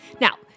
Now